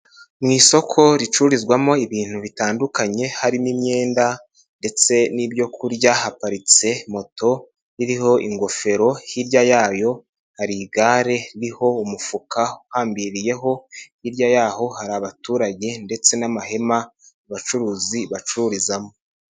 Mu isoko ricururizwamo ibintu bitandukanye harimo imyenda ndetse n'ibyo kurya, haparitse moto iriho ingofero, hirya yayo hari igare ririho umufuka uhambiriyeho, hirya yaho hari abaturage ndetse n'amahema abacuruzi bacururizamo.